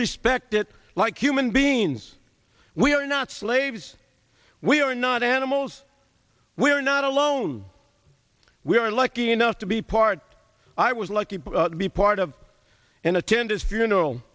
respected like human beings we are not slaves we are not animals we are not alone we are lucky enough to be part i was lucky to be part of and attend his funeral